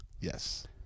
Yes